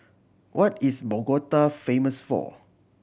what is Bogota famous for